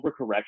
overcorrection